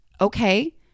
Okay